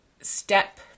step